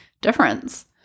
difference